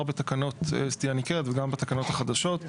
בתקנות סטייה ניכרת וגם בתקנות החדשות,